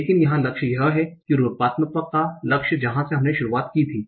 लेकिन यहां लक्ष्य यह है रूपात्मक का लक्ष्य जहा से हमने शुरुआत की थी